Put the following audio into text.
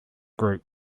group